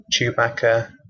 Chewbacca